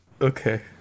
okay